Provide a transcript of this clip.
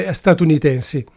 statunitensi